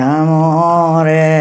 amore